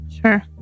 Sure